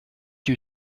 you